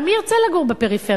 אבל מי ירצה לגור בפריפריה?